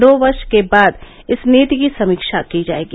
दो वर्ष के बाद इस नीति की समीक्षा की जाएगी